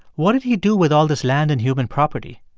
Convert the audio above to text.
what did he do with all this land and human property?